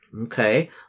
Okay